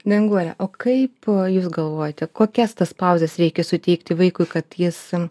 danguole o kaip jūs galvojate kokias tas pauzes reikia suteikti vaikui kad jis